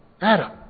Adam